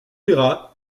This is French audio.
verra